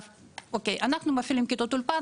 אנחנו מפעילים כיתות אולפן,